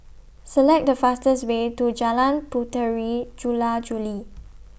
Select The fastest Way to Jalan Puteri Jula Juli